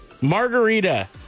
margarita